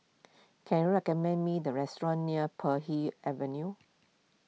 can you recommend me the restaurant near Puay Hee Avenue